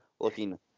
looking